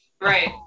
Right